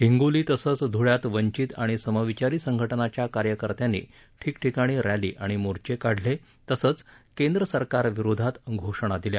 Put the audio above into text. हिंगोली तसंच धुळ्यात वंचित आणि समविचारी संघटनांच्या कार्यकर्त्यांनी ठिकठिकाणी रॅली आणि मोर्घे काढले तसंच तसंच केंद्र सरकार विरोधात घोषणा दिल्या